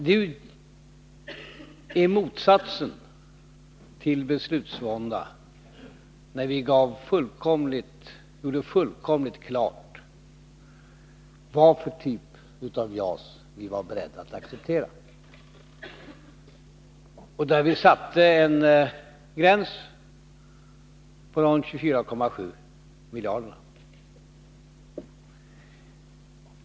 Det var motsatsen till beslutsvånda när vi gjorde fullkomligt klart vad för typ av JAS vi var beredda att acceptera. Vi satte en gräns på 24,7 miljarder kronor.